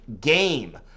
game